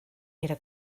era